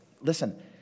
listen